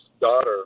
daughter